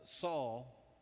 Saul